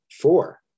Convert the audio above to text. four